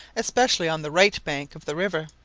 especially on the right bank of the river.